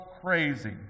crazy